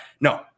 No